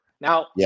Now